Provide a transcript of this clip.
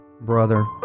brother